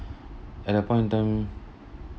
at that point of time